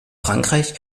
frankreich